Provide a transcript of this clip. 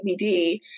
DVD